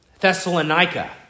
Thessalonica